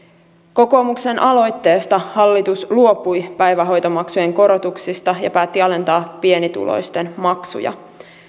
kokoomuksen aloitteesta hallitus luopui päivähoitomaksujen korotuksista ja päätti alentaa pienituloisten maksuja